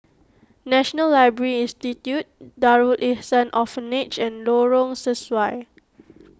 National Library Institute Darul Ihsan Orphanage and Lorong Sesuai